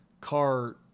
car